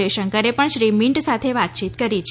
જયશંકરે પણ શ્રી મીન્ટ સાથે વાતચીત કરી છે